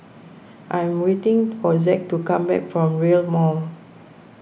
I'm waiting for Zack to come back from Rail's Mall